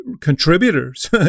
contributors